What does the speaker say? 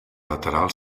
lateral